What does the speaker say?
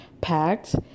packed